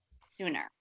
sooner